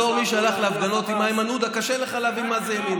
בתור מי שהלך להפגנות עם איימן עודה קשה לך להבין מה זה ימין,